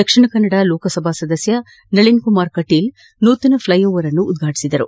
ದಕ್ಷಿಣ ಕನ್ನಡ ಲೋಕಸಭಾ ಸದಸ್ಯ ನಳಿನ್ ಕುಮಾರ್ ಕಟೀಲ್ ನೂತನ ಫ್ಲೈಓವರ್ ನ್ನು ಉದ್ವಾಟಿಸಿದರು